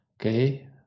okay